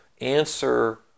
answer